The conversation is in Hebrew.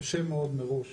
קשה מאוד מראש